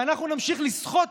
ואנחנו נמשיך לשחות